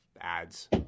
ads